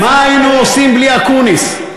מה היינו עושים בלי אקוניס?